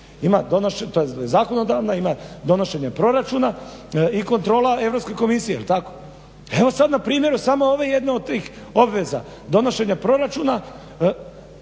dužnosti. To je zakonodavna, ima donošenje proračuna i kontrola Europske komisije. Jel' tako? Evo sad na primjeru samo ove jedne od tih obveza donošenja proračuna.